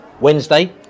Wednesday